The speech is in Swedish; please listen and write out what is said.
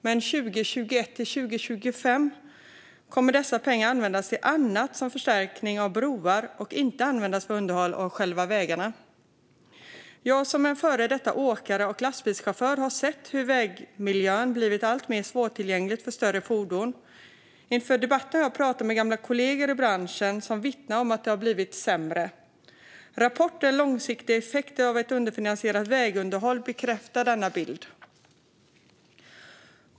Men 2021-2025 kommer dessa pengar att användas till annat, som förstärkning av broar, och inte användas för underhåll av själva vägarna. Jag, som är en före detta åkare och lastbilschaufför, har sett hur vägmiljön blivit alltmer svårtillgänglig för större fordon. Inför debatten har jag pratat med gamla kollegor i branschen som vittnat om att det har blivit sämre. Rapporten Långsiktiga effekter av ett underfinansierat vägunderhåll bekräftar denna bild.